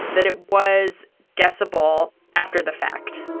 that it was guessable after the fact